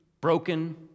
broken